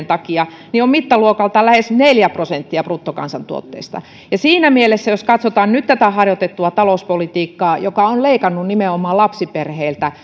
takia on mittaluokaltaan lähes neljä prosenttia bruttokansantuotteesta siinä mielessä jos katsotaan nyt tätä harjoitettua talouspolitiikkaa joka on leikannut nimenomaan lapsiperheiltä